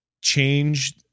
change